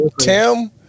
Tim